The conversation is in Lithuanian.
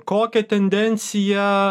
kokią tendenciją